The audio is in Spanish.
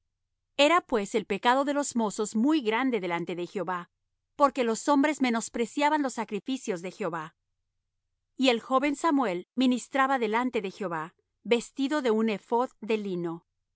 era pues el pecado de los mozos muy grande delante de jehová porque los hombres menospreciaban los sacrificios de jehová y el joven samuel ministraba delante de jehová vestido de un ephod de lino y